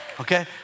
Okay